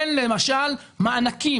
תן למשל מענקים.